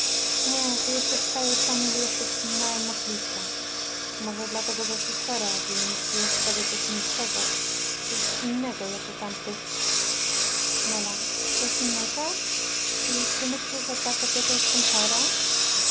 nie ty jeszcze z całej familii jesteś najmożliwsza może dlatego że jesteś chora więc jest w tobie coś milszego coś innego jak u tamtych coś innego i czy myślisz że dlatego że jestem chora